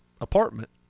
apartment